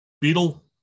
beetle